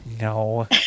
No